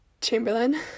Chamberlain